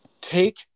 Take